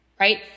Right